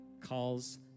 calls